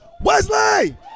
Wesley